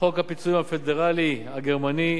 חוק הפיצויים הפדרלי הגרמני,